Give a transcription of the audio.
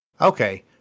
Okay